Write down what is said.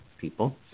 people